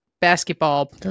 basketball